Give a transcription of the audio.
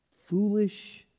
foolish